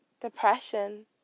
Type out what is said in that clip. depression